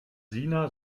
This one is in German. sina